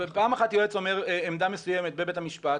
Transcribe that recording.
פעם אחת יועץ אומר עמדה מסוימת בבית המשפט,